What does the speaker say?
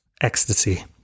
ecstasy